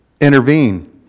intervene